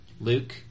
Luke